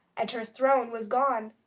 and her throne was gone,